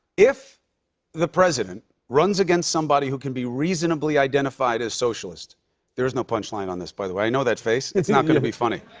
if the president runs against somebody who can be reasonably identified as socialist there is no punchline on this, by the way. i know that face. it's not going to be funny.